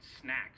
snacks